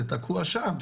זה תקוע שם,